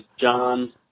John